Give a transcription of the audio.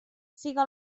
siga